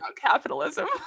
Capitalism